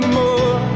more